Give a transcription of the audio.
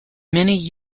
many